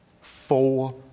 four